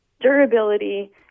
durability